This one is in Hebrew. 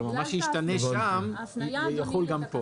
כלומר מה שישתנה שם יחול גם פה.